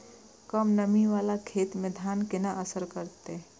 कम नमी वाला खेत में धान केना असर करते?